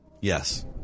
Yes